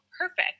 perfect